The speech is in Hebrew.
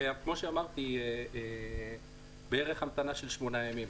וכמו שאמרתי, המתנה של בערך שמונה ימים.